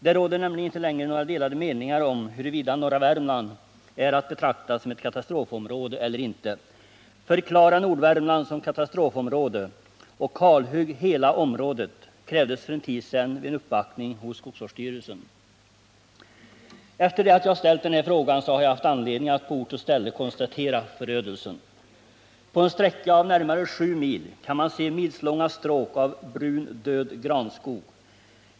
Det råder inte längre några delade meningar om huruvida norra Värmland är att betrakta som ett katastrofområde eller inte. Förklara Nordvärmland som katastrofområde och kalhugg hela området, krävdes för en tid sedan vid en uppvaktning hos skogsvårdsstyrelsen. Efter det att jag ställt frågan, har jag haft anledning att på ort och ställe konstatera förödelsen. På en sträcka av närmare sju mil kan man se milslånga stråk av brun, död granskog.